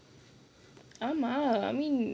ஆமா:aamaa I mean is